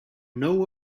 know